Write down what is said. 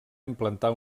implantar